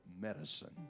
medicine